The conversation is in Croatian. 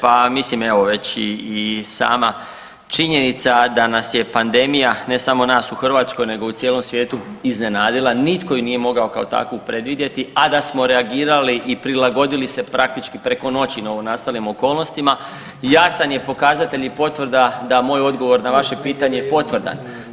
Pa mislim već i sama činjenica da nas je pandemija ne samo nas u Hrvatskoj nego u cijelom svijetu iznenadila, nitko ju nije mogao kao takvu predvidjeti, a da smo reagirali i prilagoditi se praktički preko noći novonastalim okolnostima jasan je pokazatelj i potvrda da je moj odgovor na vaše pitanje potvrdan.